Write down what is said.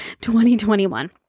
2021